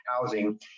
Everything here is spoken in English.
housing